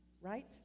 right